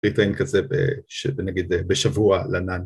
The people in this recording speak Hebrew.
פריטרין כזה שאתה נגיד בשבוע לנאן